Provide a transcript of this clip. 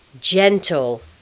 gentle